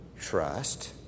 trust